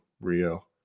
rio